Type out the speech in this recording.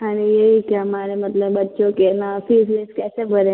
अरे यही कि हमारे मतलब बच्चों के है ना फीस वीस कैसे भरेंगे